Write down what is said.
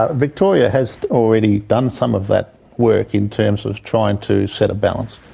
ah victoria has already done some of that work in terms of trying to set a balance.